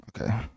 okay